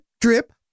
drip